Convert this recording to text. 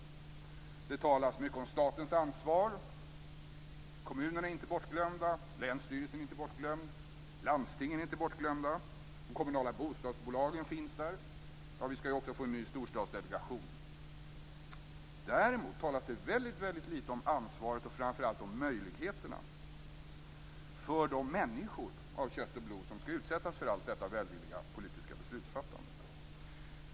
Det talas mycket om statens ansvar. Kommunerna är inte bortglömda, länsstyrelsen är inte bortglömd, landstingen är inte bortglömda, de kommunala bostadsbolagen finns där. Ja, vi skall ju också få en ny storstadsdelegation. Däremot talas det väldigt litet om ansvaret, och framför allt om möjligheterna för de människor av kött och blod som skall utsättas för allt detta välvilliga politiska beslutsfattande.